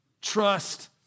trust